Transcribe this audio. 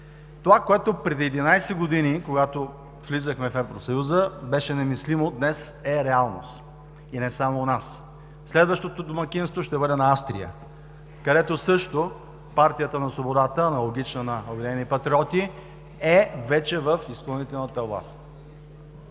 Това, което преди 11 години, когато влизахме в Евросъюза, беше немислимо, днес е реалност, и не само у нас. Следващото домакинство ще бъде на Австрия, където също Партията на свободата, аналогична на „Обединени патриоти“, е вече в изпълнителната власт.